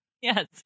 Yes